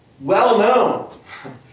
well-known